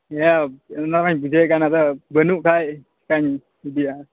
ᱤᱭᱟᱹ ᱚᱱᱟᱢᱟᱧ ᱵᱩᱡᱷᱟᱹᱣᱮᱫ ᱠᱟᱱ ᱟᱫᱚ ᱵᱟᱹᱱᱩᱜ ᱠᱷᱟᱡ ᱪᱤᱠᱟᱹᱧ ᱤᱫᱤᱭᱟ